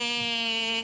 האמנה.